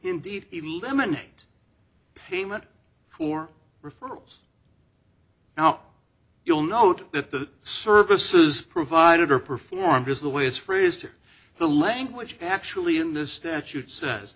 indeed eliminate payment for referrals now you'll note that the services provided or performed is the way it's for is to the language actually in this statute says